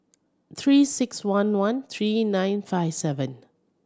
Three Six One one three nine five seven